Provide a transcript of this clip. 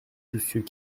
soucieux